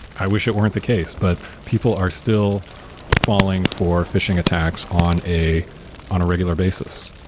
i wish it weren't the case, but people are still falling for phishing attacks on a on a regular basis.